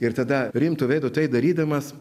ir tada rimtu veidu tai darydamas